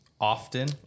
Often